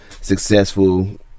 successful